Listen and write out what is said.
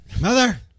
Mother